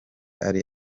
ari